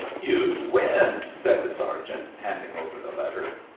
you win! said the sergeant, handing over the letter.